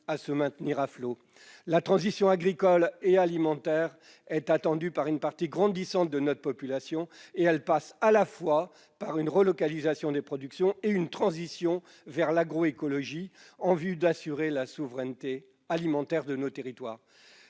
à se maintenir à flot. La transition agricole et alimentaire est attendue par une partie grandissante de notre population ; elle passe à la fois par une relocalisation des productions et par une transition vers l'agroécologie, en vue d'assurer la souveraineté alimentaire de nos territoires.